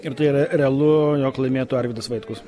ir tai yra realu jog laimėtų arvydas vaitkus